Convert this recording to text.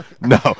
no